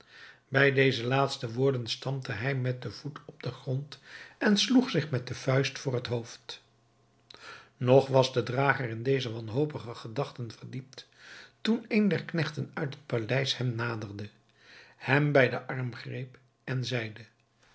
bij deze laatste woorden stampte hij met den voet op den grond en sloeg zich met de vuist voor het hoofd nog was de drager in deze wanhopige gedachten verdiept toen een der knechten uit het paleis hem naderde hem bij den arm greep en zeide